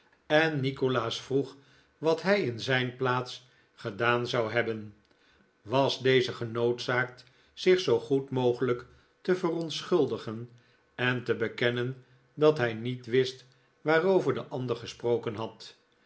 en nikolaas vroeg wat hij in zijn plaats gedaan zou hebben was deze genoodzaakt zich zoo goed mogelijk te verontschuldigen en te bekennen dat hij niet wist waarover de ander gesproken had